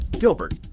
Gilbert